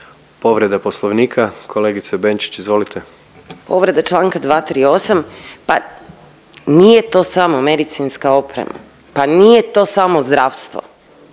Povreda Poslovnika, kolegice Benčić izvolite. **Benčić, Sandra (Možemo!)** Povreda čl. 238., pa nije to samo medicinska oprema, pa nije to samo zdravstvo,